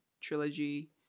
trilogy